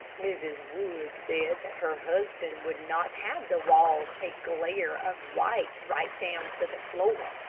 mrs. wood said that her husband would not have the walls a glare of white right down to the floor,